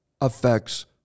affects